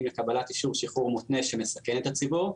לקבלת אישור שחרור מותנה שמסכן את הציבור,